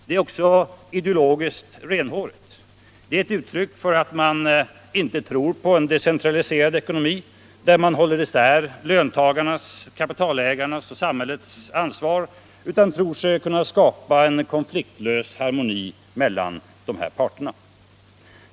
Det är också ideologiskt renhårigt. Det är ett uttryck för att man inte tror på en decentraliserad ekonomi, där man håller isär löntagarnas, kapitalägarnas och samhällets ansvar, utan tror sig kunna skapa en konfliktlös harmoni mellan dessa parter.